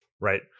right